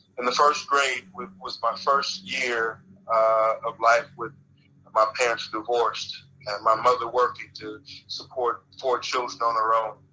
in the first grade, was my first year of life with my parents divorced. and my mother working to support four children on her own.